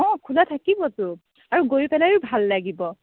অ খোলা থাকিবতো আৰু গৈ পেলায়ো ভাল লাগিব